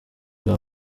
bwa